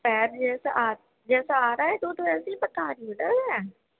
خیر جیسا جیسا آ رہا ہے دودھ ویسے بتا رہی ہوں نا میں